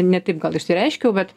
ne taip gal išsireiškiau bet